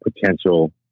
potential